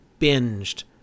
binged